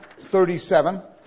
37